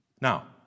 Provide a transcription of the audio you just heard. Now